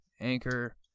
anchor